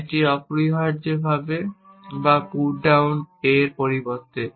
একটি অপরিহার্যভাবে বা পুটডাউন a এর পরিবর্তে